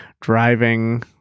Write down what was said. driving